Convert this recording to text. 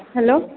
hello